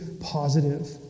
positive